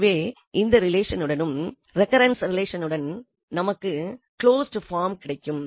எனவே இந்த ரிலேஷனுடனும் ரெகரன்ஸ் ரிலேஷனுடனும் நமக்கு கிளோஸ்ட் பார்ம் கிடைக்கும்